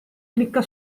clicca